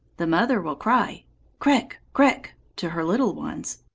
the mother will cry krek-krek to her little ones,